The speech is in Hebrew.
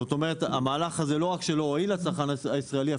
זאת אומרת שהמהלך הזה לא רק שהלא הועיל לצרכן הישראלי,